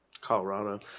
Colorado